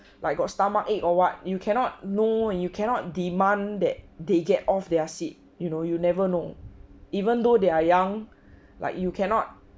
like got stomach ache or what you cannot know and you cannot demand that they get off their seat you know you'll never know even though they are young like you cannot